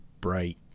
bright